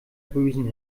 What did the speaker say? bösen